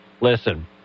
Listen